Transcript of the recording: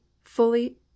fully